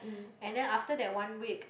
and then after that one week